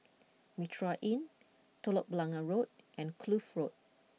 Mitraa Inn Telok Blangah Road and Kloof Road